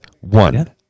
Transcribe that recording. one